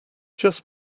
just